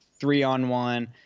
three-on-one